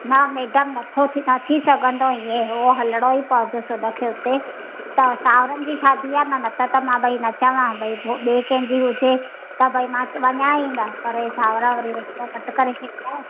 ना मैडम नथो थिए न थी सघंदो इएं हू हलणो ई पवंदसि हुनखे हुते तव्हां साहुरनि जी शादी आहे न न त त मां भई न चवां भई हू ॿिए कंहिंजी हुजे त भई मां वञा ई न पर हे साहुरा वरी रिश्तो कटि करे छॾींदा न